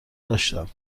داشتم